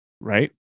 right